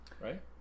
Right